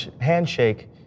handshake